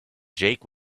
jake